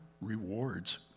rewards